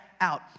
out